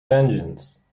vengeance